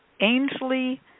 Ainsley